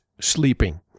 sleeping